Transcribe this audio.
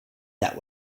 that